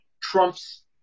trumps